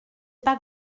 pas